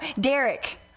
Derek